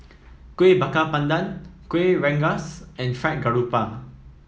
Kuih Bakar Pandan Kuih Rengas and Fried Garoupa